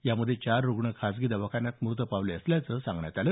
यामध्ये चार रूग्ण खाजगी दवाखान्यात मृत पावले असल्याचं सांगण्यात आलं